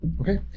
Okay